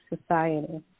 society